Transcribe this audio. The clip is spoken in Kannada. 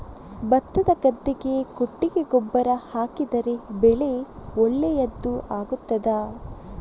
ಭತ್ತದ ಗದ್ದೆಗೆ ಕೊಟ್ಟಿಗೆ ಗೊಬ್ಬರ ಹಾಕಿದರೆ ಬೆಳೆ ಒಳ್ಳೆಯದು ಆಗುತ್ತದಾ?